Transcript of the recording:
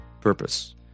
Purpose